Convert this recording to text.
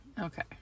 Okay